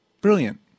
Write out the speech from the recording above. Brilliant